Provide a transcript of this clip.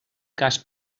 cas